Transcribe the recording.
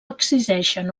exigeixen